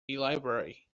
library